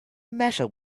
matter